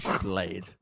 blade